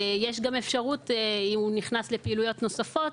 אם הוא נכנס לפעילויות נוספות,